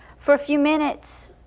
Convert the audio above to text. for a few minutes,